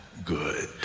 Good